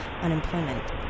unemployment